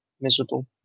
miserable